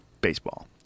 Baseball